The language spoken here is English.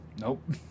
Nope